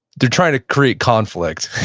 they're trying to create conflict.